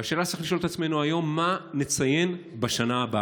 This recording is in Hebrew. והשאלה שצריך לשאול את עצמנו היום היא מה נציין בשנה הבאה: